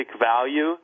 value